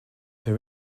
her